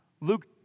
Luke